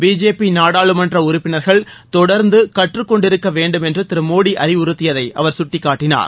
BJP நாடாளுமன்ற உறுப்பினர்கள் தொடரந்ந்து கற்றுக்கொண்டிருக்க வேண்டும் என்று திரு மோடி அறிவுறுத்தியதை அவர் சுட்டிக்காட்டினார்